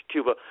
Cuba